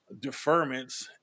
deferments